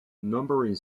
numbering